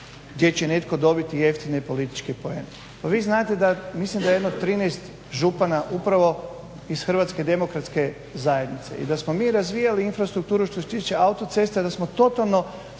gdje će netko dobiti jeftine političke poene. Pa vi znate mislim da je jedno 13 župana upravo iz HDZ-a i da smo mi razvijali infrastrukturu što se tiče autocesta da smo totalno